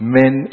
men